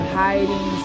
hiding